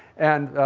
and